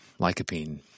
lycopene